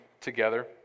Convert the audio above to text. together